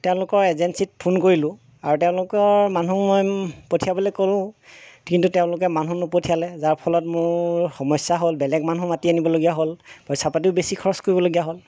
তেওঁলোকৰ এজেঞ্চিত ফোন কৰিলো আৰু তেওঁলোকৰ মানুহ মই পঠিয়াবলৈ ক'লোঁ কিন্তু তেওঁলোকে মানুহ নপঠিয়ালে যাৰ ফলত মোৰ সমস্যা হ'ল বেলেগ মানুহ মাতি আনিবলগীয়া হ'ল পইচা পাতিও বেছি খৰচ কৰিবলগীয়া হ'ল